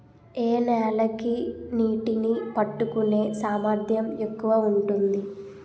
ఏ నేల కి నీటినీ పట్టుకునే సామర్థ్యం ఎక్కువ ఉంటుంది?